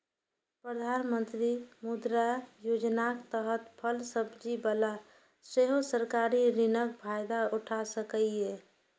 प्रधानमंत्री मुद्रा योजनाक तहत फल सब्जी बला सेहो सरकारी ऋणक फायदा उठा सकैए